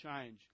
change